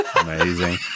Amazing